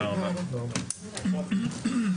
הישיבה ננעלה בשעה